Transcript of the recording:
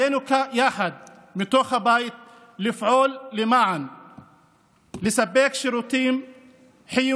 עלינו לפעול יחד מתוך הבית כדי לספק שירותים חיוניים,